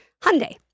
Hyundai